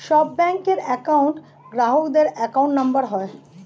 সব ব্যাঙ্কের একউন্ট গ্রাহকদের অ্যাকাউন্ট নম্বর হয়